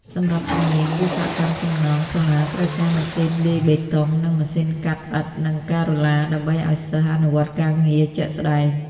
សម្រាប់ជំនាញ វិស្វកម្មសំណង់ សាលាត្រូវការ ម៉ាស៊ីនលាយបេតុង និង ម៉ាស៊ីនកាត់ឥដ្ឋនិងការ៉ូឡា ដើម្បីឱ្យសិស្សអនុវត្តការងារជាក់ស្តែង។